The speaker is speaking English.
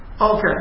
Okay